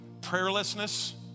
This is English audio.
prayerlessness